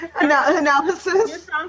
Analysis